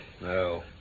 no